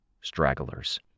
stragglers